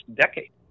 decade